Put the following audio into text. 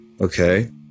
Okay